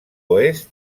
oest